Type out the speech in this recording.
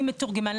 עם מתורגמן,